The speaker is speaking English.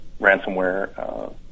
ransomware